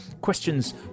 questions